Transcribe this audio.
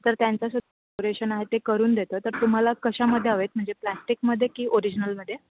तर त्यांचं सू डेकोरेशन आहे ते करून देतो तर तुम्हाला कशामध्ये हवे आहेत म्हणजे प्लॅस्टिकमध्ये की ओरीजनलमध्ये